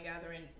gathering